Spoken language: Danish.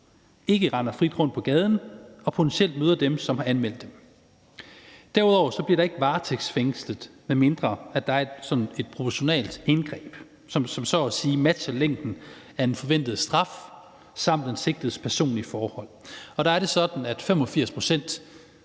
ikke render frit rundt på gaden og potentielt møder dem, som har anmeldt dem. Derudover bliver der ikke varetægtsfængslet, medmindre der er et proportionalt indgreb, som så at sige matcher længden af den forventede straf og den sigtedes personlige forhold. Der er det sådan, at 85 pct.